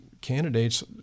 candidates